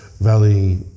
Valley